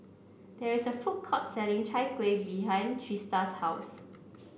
there is a food court selling Chai Kuih behind Trista's house